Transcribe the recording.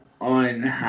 on